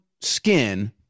skin